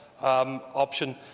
option